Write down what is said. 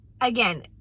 again